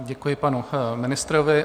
Děkuji panu ministrovi.